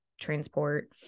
transport